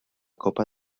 copa